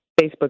Facebook